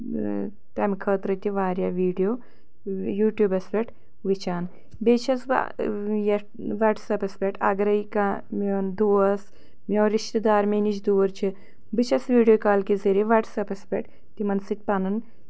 تَمہِ خٲطرٕ تہِ واریاہ ویٖڈیو یوٗ ٹیٛوٗبَس پٮ۪ٹھ وُچھان بیٚیہِ چھَس بہٕ یَتھ واٹٔس اَیپس پٮ۪ٹھ اَگرے کانٛہہ میٛون دوس میٛون رِشتہٕ دار مےٚ نِش دوٗر چھِ بہٕ چھَس وِیٖڈیو کال کہِ ذٔریعہِ واٹٔس اَیپس پٮ۪ٹھ تِمَن سۭتۍ پَنُن